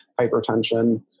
hypertension